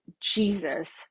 Jesus